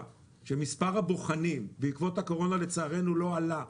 שמספר הבוחנים בעקבות הקורונה לצערנו לא עלה.